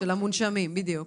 בדיוק,